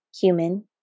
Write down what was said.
human